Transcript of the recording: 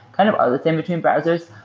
kind of all the same between browsers.